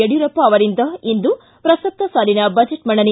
ಯಡಿಯೂರಪ್ಪ ಅವರಿಂದ ಇಂದು ಪ್ರಸಕ್ತ ಸಾಲಿನ ಬಜೆಟ್ ಮಂಡನೆ